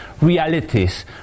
realities